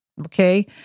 Okay